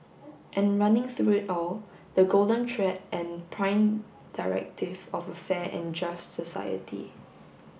and running through it all the golden thread and prime directive of a fair and just society